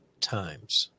times